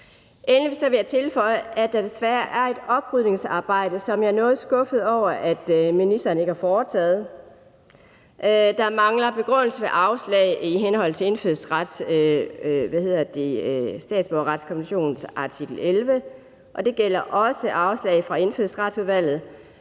Endelig vil jeg tilføje, at der desværre er et oprydningsarbejde, som jeg er noget skuffet over ministeren ikke har foretaget. Der mangler begrundelse ved afslag i henhold til statsborgerretskonventionens artikel 11, og det gælder også afslag fra Indfødsretsudvalget.